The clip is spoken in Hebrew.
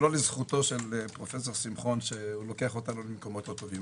לזכותו של פרופ' שמחון שהוא לוקח אותנו למקומות אבודים,